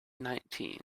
nineteen